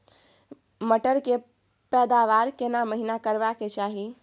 मटर के पैदावार केना महिना करबा के चाही?